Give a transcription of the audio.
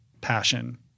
passion